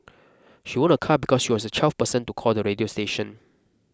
she won a car because she was the twelfth person to call the radio station